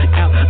out